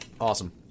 Awesome